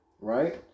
Right